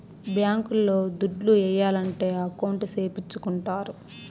bank లో దుడ్లు ఏయాలంటే అకౌంట్ సేపిచ్చుకుంటారు